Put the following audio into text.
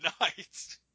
night